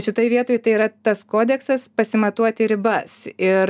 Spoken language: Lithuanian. šitoj vietoj tai yra tas kodeksas pasimatuoti ribas ir